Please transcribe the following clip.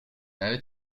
united